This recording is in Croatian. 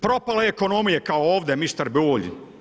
Propale ekonomije kao ovdje, mister Bulj.